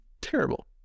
terrible